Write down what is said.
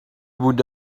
would